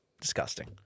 Disgusting